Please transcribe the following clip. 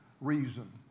reason